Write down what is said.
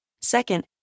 Second